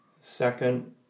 second